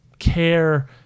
Care